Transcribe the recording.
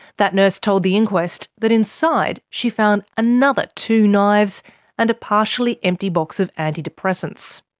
that nurse told the inquest that inside she found another two knives and a partially empty box of antidepressants.